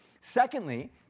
Secondly